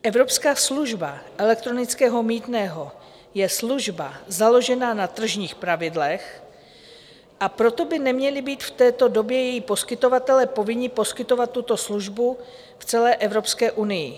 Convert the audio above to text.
Evropská služba elektronického mýtného je služba založená na tržních pravidlech, a proto by neměli být v této době její poskytovatelé povinni poskytovat službu celé Evropské unii.